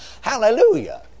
Hallelujah